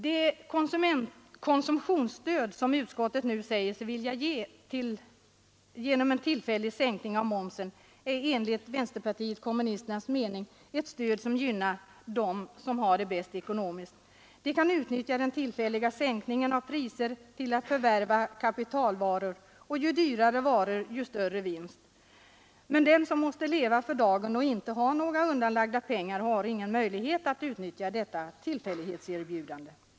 Det konsumtionsstöd som utskottet nu säger sig vilja ge genom en tillfällig sänkning av momsen är enligt vänsterpartiet kommunisternas mening ett stöd som gynnar dem som har det bäst ekonomiskt. De kan utnyttja den tillfälliga sänkningen av priser till att förvärva kapitalvaror — och ju dyrare varor, desto större vinst. Men den som måste leva för dagen och inte har några undanlagda pengar har ingen möjlighet att utnyttja detta tillfällighetserbjudande.